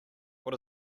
what